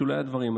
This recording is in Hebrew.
בשולי הדברים,